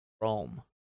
Rome